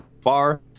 far